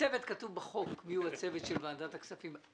כתוב בחוק מיהו הצוות של ועדת הכספים.